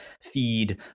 feed